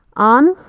on,